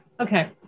Okay